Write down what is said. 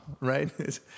right